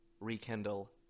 rekindle